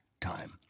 time